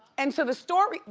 and so the story,